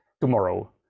Tomorrow